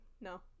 No